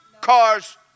cars